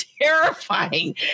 terrifying